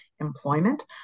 employment